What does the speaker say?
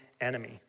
enemy